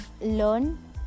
learn